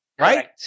Right